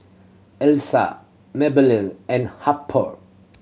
Elsa and Harper